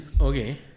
Okay